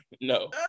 No